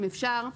אם אפשר,